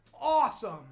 awesome